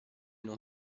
non